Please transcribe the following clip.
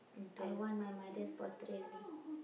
I want my mother's portrait only